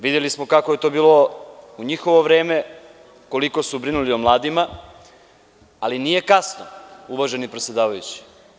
Videli smo kako je to bilo u njihovo vreme, koliko su brinuli o mladima, ali nije kasno, uvaženi predsedavajući.